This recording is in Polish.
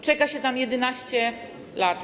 Czeka się tam 11 lat.